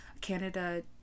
Canada